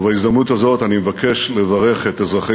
ובהזדמנות הזאת אני מבקש לברך את אזרחי